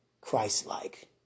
Christ-like